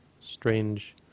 strange